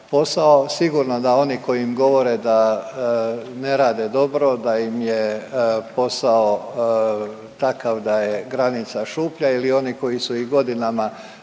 posao. Sigurno da oni koji im govore da ne rade dobro, da im je posao takav da je granica šuplja ili oni koji su ih godinama